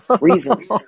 reasons